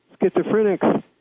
schizophrenics